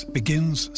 begins